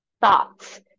thoughts